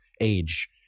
age